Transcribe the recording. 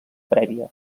prèvia